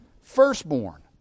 Firstborn